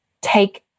Take